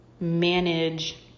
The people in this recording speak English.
manage